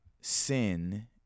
sin